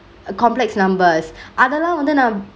err complex numbers ஆதெல்லா வந்து நா:athella vanthu naa